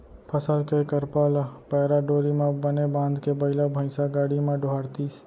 फसल के करपा ल पैरा डोरी म बने बांधके बइला भइसा गाड़ी म डोहारतिस